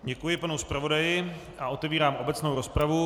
Děkuji panu zpravodaji a otevírám obecnou rozpravu.